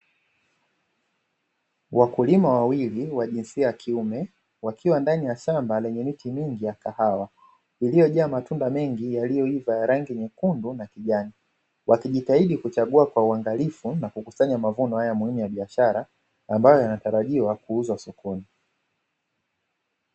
wakulima wawili wenye jinsia ya kiume wakiwa ndani ya shamba iliojaa miti mingi ya kahawa yaliojaa matunda mengi yaliyoiva ya rangi nyekundu na kijani, wakijitaidi kuchagua kwa uangalifu na kukusanya mavuno haya muhimu ya biashara ambayo yanatarajiwa kuuzwa sokoni.